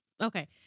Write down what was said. Okay